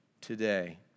today